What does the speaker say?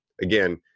again